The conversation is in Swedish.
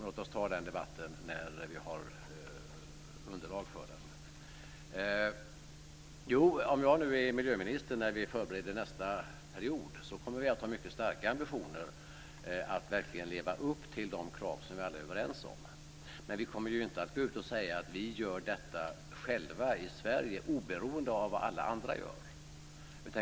Låt oss ta den debatten när vi har underlag för den. Om jag är miljöminister när vi förbereder nästa period kommer vi att ha mycket starka ambitioner att verkligen leva upp till de krav som vi alla är överens om. Men vi kommer ju inte att gå ut och säga att vi gör detta själva i Sverige oberoende av vad alla andra gör.